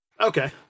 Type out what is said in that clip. Okay